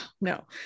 no